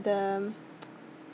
the